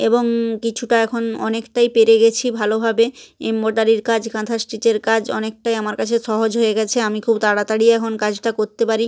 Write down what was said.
এবং কিছুটা এখন অনেকটাই পেরে গেছি ভালোভাবে এমবডারির কাজ কাঁথা স্টিচের কাজ অনেকটাই আমার কাছে সহজ হয়ে গেছে আমি খুব তাড়াতাড়ি এখন কাজটা করতে পারি